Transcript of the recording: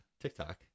TikTok